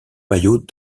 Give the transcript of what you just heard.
maillot